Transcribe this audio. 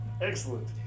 Excellent